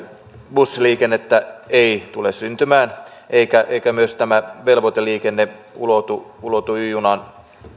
bussiliikennettä ei tule syntymään eikä myös tämä velvoiteliikenne ulotu y junan